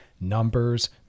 numbers